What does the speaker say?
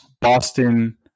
Boston